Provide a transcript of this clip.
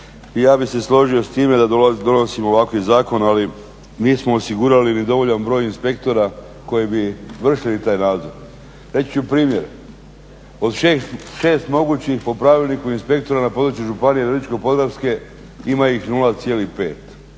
ja bih se složio s time da donosimo ovakav zakon, ali nismo osigurali ni dovoljan broj inspektora koji bi vršili taj nadzor. Reći ću primjer. Od šest mogućih po pravilniku inspektora na području Županije Virovitičko-podravske ima ih 0,5